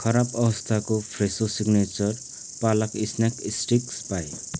खराब अवस्थाको Fresho signature पालक स्न्याक स्टिक्स पाएँ